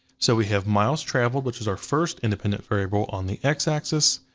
so we have miles traveled, which is our first independent variable on the x-axis.